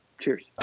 Cheers